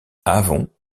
avon